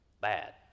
bad